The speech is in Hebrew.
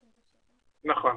נכון.